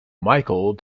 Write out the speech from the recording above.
michael